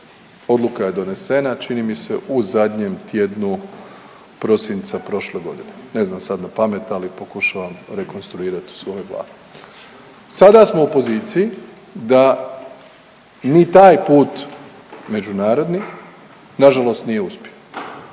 Odluka je donesena čini mi se u zadnjem tjednu prosinca prošle godine, ne znam sad na pamet ali pokušavam rekonstruirat u svojoj glavi. Sada smo u poziciji da ni taj put međunarodni nažalost nije uspio,